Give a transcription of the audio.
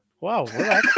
Wow